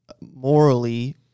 morally